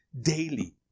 daily